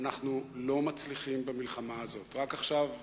אנחנו נעבור להצעה